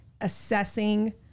assessing